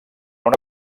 una